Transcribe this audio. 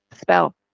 spell